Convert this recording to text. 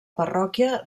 parròquia